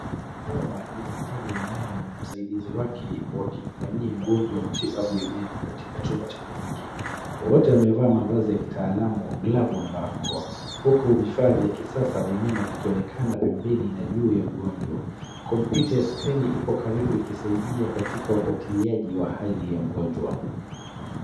Hawa ni daktari wa meno na msaidizi wake wakimfanyia mgonjwa matibabu ya meno katika chumba cha kliniki. Wote wamevaa mavazi ya kitaalamu glavu na barakoa huku vifaa vya kisasa vya meno vikionekana pembeni na juu ya mgonjwa. Komputa ya skrini ipo karibu ikisaidia katika ufuatiliaji wa hali ya mgonjwa.